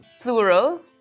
plural